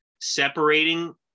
separating